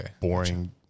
boring